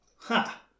Ha